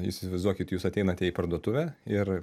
įsivaizduokit jūs ateinate į parduotuvę ir